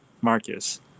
Marcus